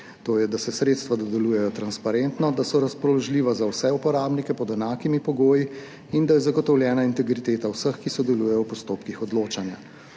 to je, da se sredstva dodeljujejo transparentno, da so razpoložljiva za vse uporabnike pod enakimi pogoji in da je zagotovljena integriteta vseh, ki sodelujejo v postopkih odločanja.